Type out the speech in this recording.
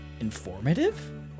informative